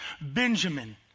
Benjamin